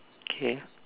K